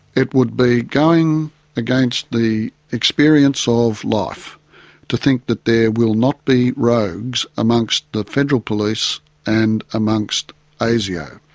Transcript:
it would be going against the experience of life to think that there will not be rogues amongst the federal police and amongst asio.